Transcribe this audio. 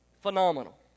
Phenomenal